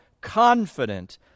confident